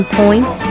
points